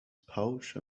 pouch